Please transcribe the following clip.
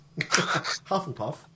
Hufflepuff